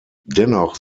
dennoch